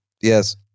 Yes